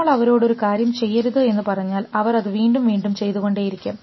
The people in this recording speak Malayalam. നമ്മൾ അവരോട് ഒരു കാര്യം ചെയ്യരുത് എന്ന് പറഞ്ഞാൽ അവർ അത് വീണ്ടും വീണ്ടും ചെയ്തുകൊണ്ടേയിരിക്കും